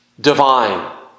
divine